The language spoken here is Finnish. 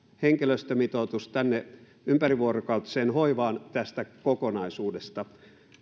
henkilöstömitoitus tänne ympärivuorokautiseen hoivaan tästä kokonaisuudesta